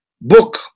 book